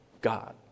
God